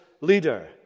leader